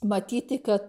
matyti kad